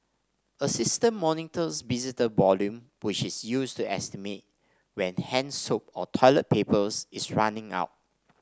a system monitors visitor volume which is used to estimate when hand soap or toilet paper is running out